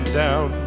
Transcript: down